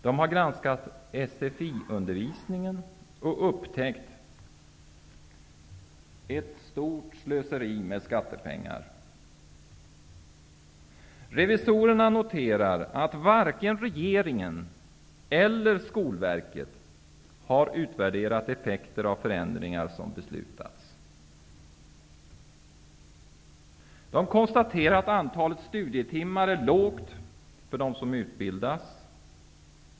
De har granskat sfiundervisningen och upptäckt ett stort slöseri med skattepengar. Revisorerna noterar att varken regeringen eller Skolverket har utvärderat effekterna av förändringar som beslutats. De konstaterar att antalet studietimmar för dem som utbildas är lågt.